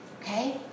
Okay